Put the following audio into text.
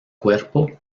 cuerpo